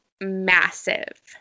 massive